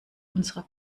unserer